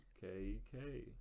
K-E-K